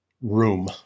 Room